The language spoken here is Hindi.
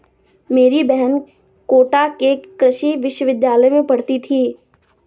मेरी बहन कोटा के कृषि विश्वविद्यालय में पढ़ती थी